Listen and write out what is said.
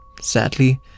sadly